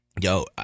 Yo